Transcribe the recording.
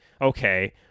okay